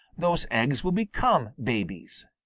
those eggs will become babies.